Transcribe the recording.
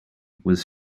was